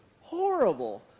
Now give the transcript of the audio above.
horrible